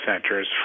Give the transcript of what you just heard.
centers